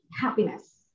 happiness